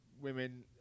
women